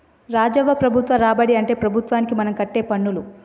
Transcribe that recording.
రాజవ్వ ప్రభుత్వ రాబడి అంటే ప్రభుత్వానికి మనం కట్టే పన్నులు